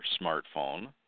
smartphone